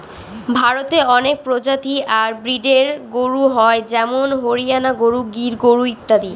ভারতে অনেক প্রজাতি আর ব্রিডের গরু হয় যেমন হরিয়ানা গরু, গির গরু ইত্যাদি